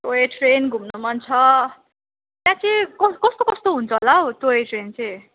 toy train घुम्नु मन छ त्यहाँ चाहिँ कस कस्तो कस्तो हुन्छ होला हौ टोय ट्रेन चाहिँ